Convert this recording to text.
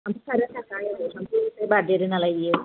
बारदेरोनालाय बियो